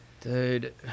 Dude